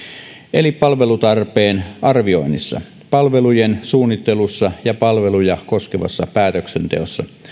eli palvelutarpeen arvioinnissa palvelujen suunnittelussa ja palveluja koskevassa päätöksenteossa